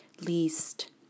least